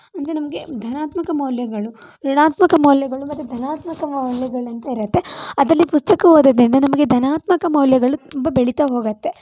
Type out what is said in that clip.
ಅಂದರೆ ನಮಗೆ ಧನಾತ್ಮಕ ಮೌಲ್ಯಗಳು ಋಣಾತ್ಮಕ ಮೌಲ್ಯಗಳು ಮತ್ತು ಧನಾತ್ಮಕ ಮೌಲ್ಯಗಳಂತೆ ಇರುತ್ತೆ ಅದರಲ್ಲಿ ಪುಸ್ತಕ ಓದೋದರಿಂದ ನಮಗೆ ಧನಾತ್ಮಕ ಮೌಲ್ಯಗಳು ತುಂಬ ಬೆಳೀತ ಹೋಗುತ್ತೆ